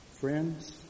Friends